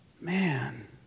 Man